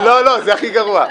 לא, זה הכי גרוע.